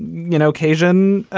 you know, occasion.